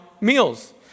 meals